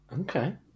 okay